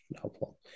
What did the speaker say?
helpful